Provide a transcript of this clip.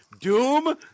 Doom